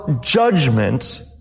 judgment